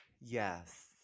Yes